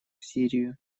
сирию